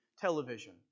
television